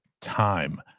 time